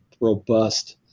robust